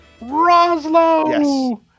Roslo